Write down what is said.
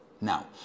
Now